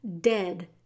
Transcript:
dead